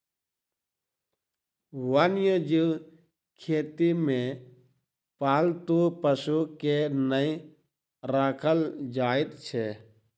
वन्य जीव खेती मे पालतू पशु के नै राखल जाइत छै